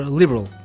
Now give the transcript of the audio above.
liberal